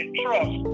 trust